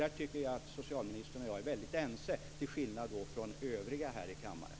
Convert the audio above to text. Där tycker jag att socialministern och jag är väldigt ense till skillnad från övriga här i kammaren.